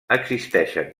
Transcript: existeixen